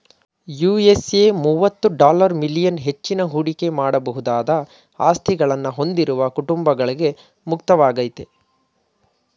USA ಮುವತ್ತು dollar million ಹೆಚ್ಚಿನ ಹೂಡಿಕೆ ಮಾಡಬಹುದಾದ ಆಸ್ತಿಗಳನ್ನ ಹೊಂದಿರುವ ಕುಟುಂಬಗಳ್ಗೆ ಮುಕ್ತವಾಗೈತೆ